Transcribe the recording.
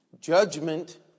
judgment